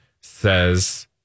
says